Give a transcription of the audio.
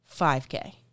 5k